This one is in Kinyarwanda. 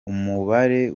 umubare